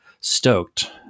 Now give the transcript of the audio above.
stoked